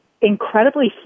incredibly